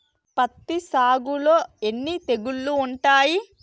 పత్తి సాగులో ఎన్ని తెగుళ్లు ఉంటాయి?